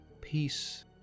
peace